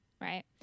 Right